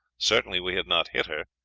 certainly we had not hit her,